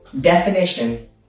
definition